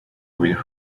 with